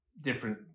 different